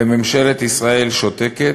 וממשלת ישראל שותקת,